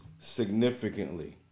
Significantly